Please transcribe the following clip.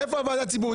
איפה הוועדה הציבורית?